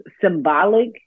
symbolic